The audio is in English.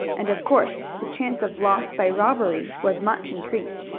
and of course the chance of loss by robbery was much increased.